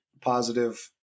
positive